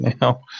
now